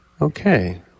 okay